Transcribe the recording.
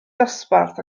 dosbarth